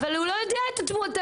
אבל הוא לא יודע את המצב.